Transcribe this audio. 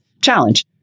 challenge